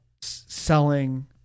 selling